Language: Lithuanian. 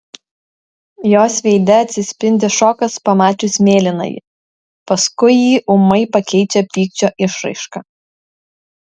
jos veide atsispindi šokas pamačius mėlynąjį paskui jį ūmai pakeičia pykčio išraiška